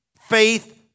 faith